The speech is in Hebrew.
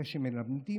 אלה שמלמדים,